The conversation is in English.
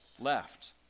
left